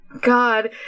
God